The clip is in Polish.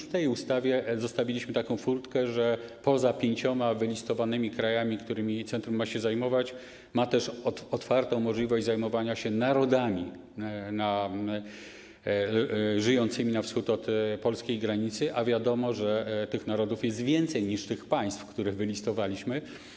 W tej ustawie zostawiliśmy taką furtkę, że poza pięcioma wylistowanymi krajami, którymi centrum ma się zajmować, ma ono też otwartą możliwość zajmowania się narodami żyjącymi na wschód od polskiej granicy, a wiadomo, że tych narodów jest więcej niż państw, które wylistowaliśmy.